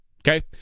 Okay